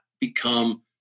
become